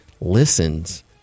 listens